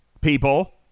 people